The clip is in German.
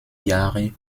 jahre